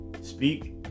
speak